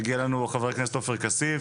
מגיע אלינו חבר הכנסת עופר כסיף,